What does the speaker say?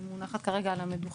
היא מונחת כרגע על המדוכה,